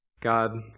God